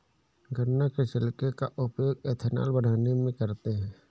गन्ना के छिलके का उपयोग एथेनॉल बनाने में करते हैं